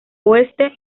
oeste